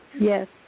Yes